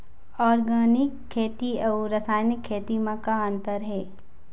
Organic खेती अउ रासायनिक खेती म का अंतर हे?